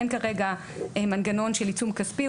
אין כרגע מנגנון של עיצום כספי.